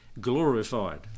glorified